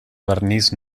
vernís